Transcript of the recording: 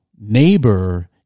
neighbor